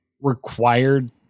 required